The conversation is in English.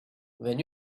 when